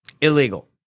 Illegal